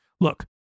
Look